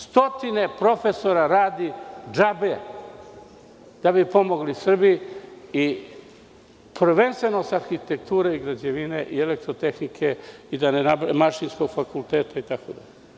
Stotine profesora radi džabe da bi pomogli Srbiji, prvenstveno sa arhitekture, građevine i elektrotehnike, sa Mašinskog fakulteta itd.